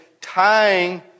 tying